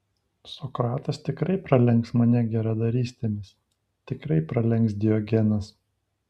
sokratas tikrai pralenks mane geradarystėmis tikrai pralenks diogenas